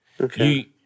Okay